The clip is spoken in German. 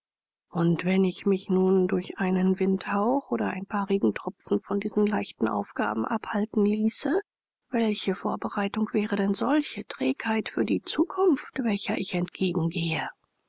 und wenn ich mich nun durch einen windhauch oder ein paar regentropfen von diesen leichten aufgaben abhalten ließe welche vorbereitung wäre denn solche trägheit für die zukunft welcher ich entgegengehe